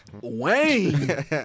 Wayne